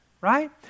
right